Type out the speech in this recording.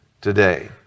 today